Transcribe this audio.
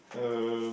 um